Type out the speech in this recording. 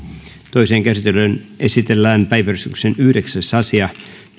toiseen käsittelyyn esitellään päiväjärjestyksen yhdeksäs asia